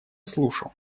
слушал